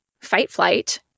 fight-flight